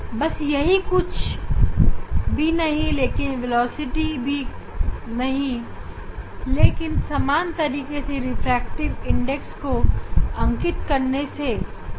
बस इसी समान तरीके से रिफ्रैक्टिव इंडेक्स का प्रति चित्रण कर सकते हैं